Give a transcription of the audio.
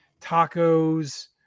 tacos